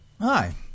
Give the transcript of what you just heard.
hi